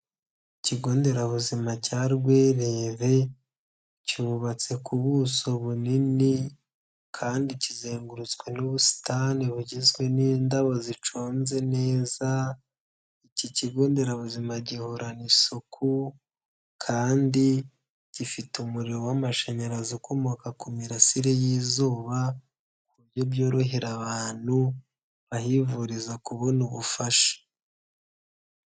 Ikigo nderabuzima cya Rwerere, cyubatse ku buso bunini kandi kizengurutswe n'ubusitani bugizwe n'indabo ziconze neza, iki kigo nderabuzima gihorana isuku kandi gifite umuriro w'amashanyarazi ukomoka ku mirasire y'izuba ku buryo byorohera abantu bahivuriza kubona ubufasha.